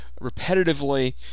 repetitively